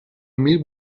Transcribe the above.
mil